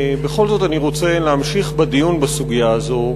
בכל זאת אני רוצה להמשיך בדיון בסוגיה הזאת.